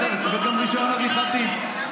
גם לא ב-30.